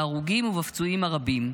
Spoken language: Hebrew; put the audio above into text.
בהרוגים ובפצועים הרבים,